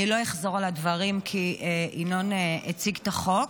אני לא אחזור על הדברים, כי ינון הציג את החוק.